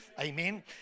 amen